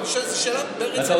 אני שאלתי שאלה רצינית.